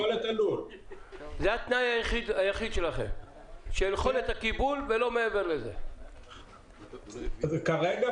אלא גם בהבהרות שלכם היה ניתן להבין שיש היום